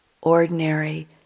ordinary